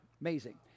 amazing